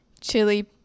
Chili